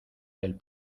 del